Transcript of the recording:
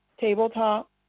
tabletop